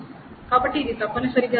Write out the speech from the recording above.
కాబట్టి ఇది తప్పనిసరిగా